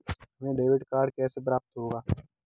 हमें debit card कैसे प्राप्त होगा?